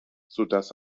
sodass